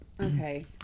okay